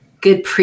good